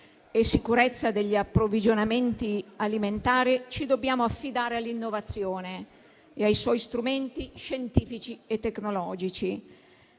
sicurezza degli approvvigionamenti alimentari, ci dobbiamo affidare all'innovazione e ai suoi strumenti scientifici e tecnologici.